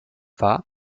war